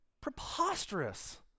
preposterous